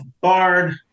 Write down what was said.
Bard